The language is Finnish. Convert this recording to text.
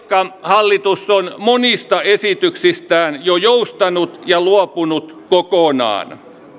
hallitus on monista esityksistään jo joustanut ja luopunut kokonaan